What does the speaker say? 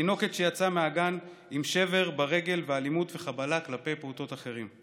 תינוקת שיצאה מהגן עם שבר ברגל ואלימות וחבלה כלפי פעוטות אחרים.